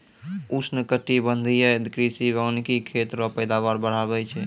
उष्णकटिबंधीय कृषि वानिकी खेत रो पैदावार बढ़ाबै छै